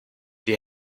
wir